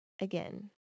again